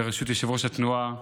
בראשות יושב-ראש התנועה,